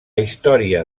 història